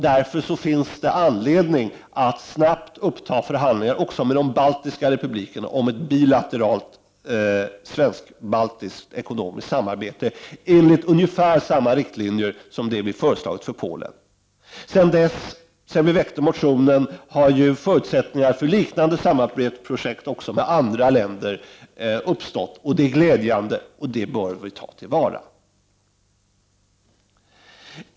Därför finns det anledning att snabbt uppta förhandlingar med de baltiska republikerna om bilateralt svensk-baltiskt ekonomiskt samarbete enligt ungefär samma riktlinjer som vi föreslår för Polen. Sedan vi väckte motionen har förutsättningar för liknande samarbetsprojekt med andra länder uppstått. Det är glädjande, och det bör vi ta till vara.